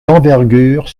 d’envergure